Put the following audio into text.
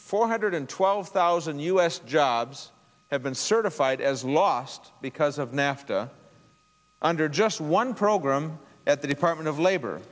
four hundred twelve thousand u s jobs have been certified as lost because of nafta under just one program at the department of labor